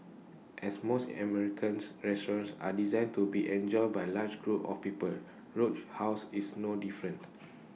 as most Americans restaurants are designed to be enjoyed by large groups of people Roadhouse is no different